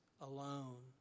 alone